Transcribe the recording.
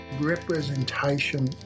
representation